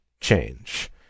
change